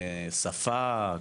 שפה,